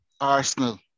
Arsenal